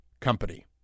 company